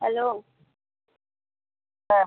hello হ্যাঁ